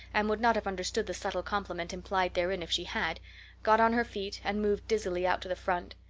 and would not have understood the subtle compliment implied therein if she had got on her feet, and moved dizzily out to the front.